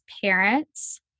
parents